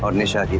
um nisha